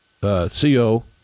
co